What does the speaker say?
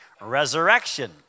resurrection